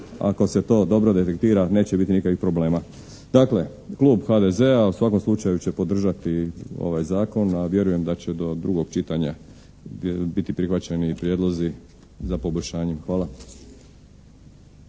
ako se to dobro detektira neće biti nikakvih problema. Dakle, Klub HDZ-a u svakom slučaju će podržati ovaj Zakon, a vjerujem da će do drugog čitanja biti prihvaćeni i prijedlozi za poboljšanje. Hvala.